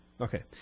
okay